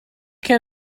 can